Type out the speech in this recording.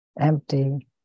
empty